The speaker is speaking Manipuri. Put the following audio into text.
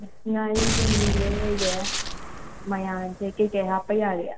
ꯉꯥꯔꯤ ꯅꯨꯡꯔꯤ ꯂꯣꯏꯅ ꯂꯩꯔꯦ ꯃꯌꯥꯟꯁꯦ ꯀꯔꯤ ꯀꯔꯤ ꯍꯥꯞꯄ ꯌꯥꯒꯦ